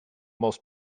most